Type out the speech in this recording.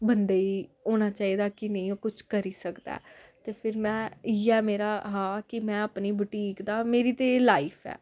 बंदे गी होना चाहिदा कि नेईं ओह् कुछ करी सकदा ऐ ते फिर में इ'यै मेरा हा कि में अपनी बुटीक दा मेरी ते एह् लाईफ ऐ